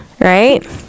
right